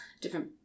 different